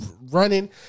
running